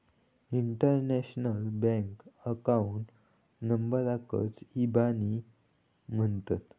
international bank account नंबराकच इबानी म्हणतत